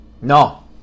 No